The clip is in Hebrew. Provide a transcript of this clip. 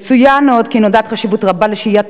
יצוין עוד כי נודעת חשיבות רבה לשהיית